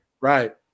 Right